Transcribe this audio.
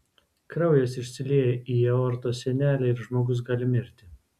kraujas išsilieja į aortos sienelę ir žmogus gali mirti